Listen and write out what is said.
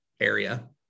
area